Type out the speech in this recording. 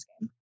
game